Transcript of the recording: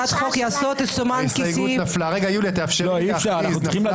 הצבעה מס' 5 בעד ההסתייגות 5 נגד,